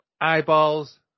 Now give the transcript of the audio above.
Eyeballs